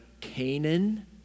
Canaan